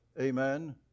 Amen